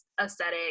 aesthetic